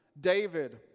David